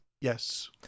Yes